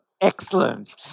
Excellent